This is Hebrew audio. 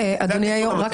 אדוני היושב-ראש,